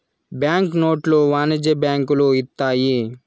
bank నోట్లు వాణిజ్య బ్యాంకులు ఇత్తాయి